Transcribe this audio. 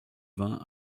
vin